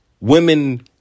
Women